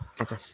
Okay